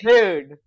Dude